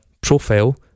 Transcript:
profile